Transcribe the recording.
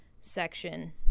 section